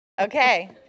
Okay